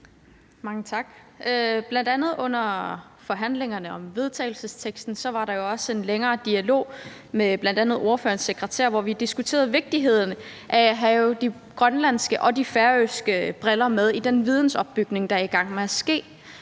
Mange tak. Bl.a. under forhandlingerne om vedtagelsesteksten var der også en længere dialog med bl.a. ordførerens sekretær, hvor vi diskuterede vigtigheden af at have de grønlandske og de færøske synspunkter med i den vidensopbygning, der er i gang med at ske,